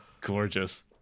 Gorgeous